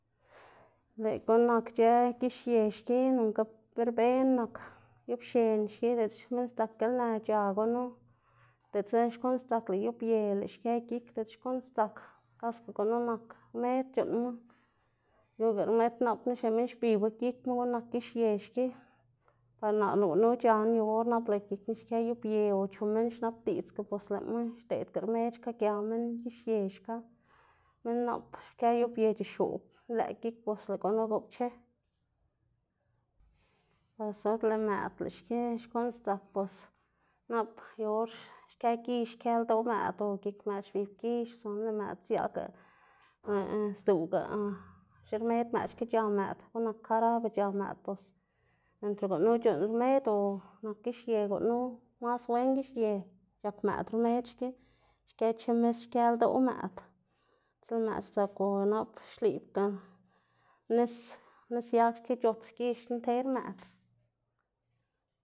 lëꞌ guꞌn nak ic̲h̲ë gixye xki nonga berben nak yoꞌpxen xki diꞌltsa chu sdzak gilnë c̲h̲a gunu, diꞌltsa xkuꞌn sdzak lëꞌ yoꞌye lëꞌ xkë gik diꞌltsa xkuꞌn sdzak, kaska gunu nak rmed c̲h̲uꞌnnma, yu ga rmed nap xneꞌ minn xbibo gikma guꞌn nak gixye xki, par naꞌ gunu c̲h̲anu yu or nap lëꞌ gikná xkë yoꞌpye o chu minn xnabdiꞌdzga bos lëꞌma xdeꞌdga rmed xka gia minn gixye xka, minn nap xkë yoꞌpye c̲h̲ixoꞌb nlëꞌ gik, bos lëꞌ gunu goꞌpche, bos or lëꞌ mëꞌd lëꞌ xki xkuꞌn sdzak bos nap yu or xkë gix xkë ldoꞌ mëꞌd o gik mëꞌd xbix gix o sino lëꞌ mëꞌd siaꞌga sdzuꞌwga xirmed mëꞌd xki c̲h̲a mëꞌd, guꞌn nak jarabe c̲h̲a mëꞌd, bose ntre gunu c̲h̲uꞌnn rmed o nak gixye gunu mas wen gixye c̲h̲ak mëꞌd rmed xki xkë chemis xkë ldoꞌ mëꞌd, diꞌlta lëꞌ mëꞌd sdzak o nap xlibga nis nis yag xki c̲h̲ots gix nter mëꞌd.